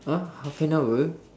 !huh! half an hour